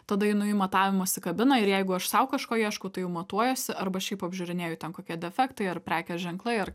tada einu į matavimosi kabiną ir jeigu aš sau kažko ieškau tai jau matuojuosi arba šiaip apžiūrinėju ten kokie defektai ar prekės ženklai ar